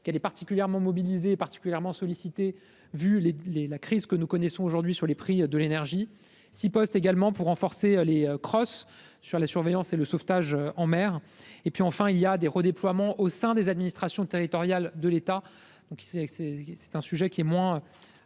qu'elle est particulièrement mobilisée particulièrement sollicités. Vu les les la crise que nous connaissons aujourd'hui sur les prix de l'énergie si postes également pour renforcer les cross sur la surveillance et le sauvetage en mer et puis enfin il y a des redéploiements au sein des administrations territoriales de l'État. Donc il sait que c'est c'est